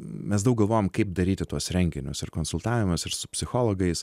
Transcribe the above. mes daug galvojom kaip daryti tuos renginius ir konsultavomės ir su psichologais